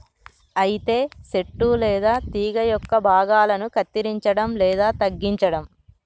అయితే సెట్టు లేదా తీగ యొక్క భాగాలను కత్తిరంచడం లేదా తగ్గించడం